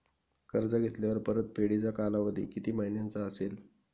कर्ज घेतल्यावर परतफेडीचा कालावधी किती महिन्यांचा असेल?